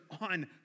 on